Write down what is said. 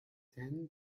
hands